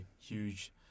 huge